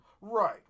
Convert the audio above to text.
Right